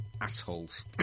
assholes